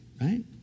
right